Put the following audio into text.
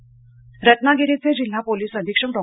police रत्नागिरीचे जिल्हा police अधीक्षक डॉ